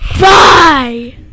Bye